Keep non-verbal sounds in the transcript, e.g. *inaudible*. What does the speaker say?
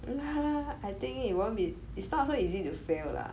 *laughs* I think it won't be it's not so easy to fail lah